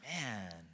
man